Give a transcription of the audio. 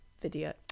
video